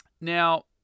Now